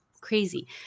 crazy